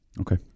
Okay